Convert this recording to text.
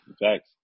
Thanks